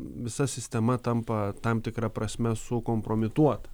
visa sistema tampa tam tikra prasme sukompromituota